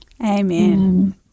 Amen